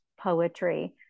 poetry